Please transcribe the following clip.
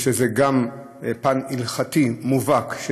יש לזה גם פן הלכתי מובהק,